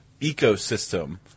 ecosystem